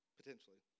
potentially